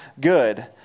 good